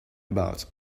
about